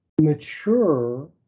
mature